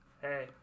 Hey